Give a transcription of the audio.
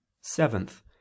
seventh